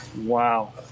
Wow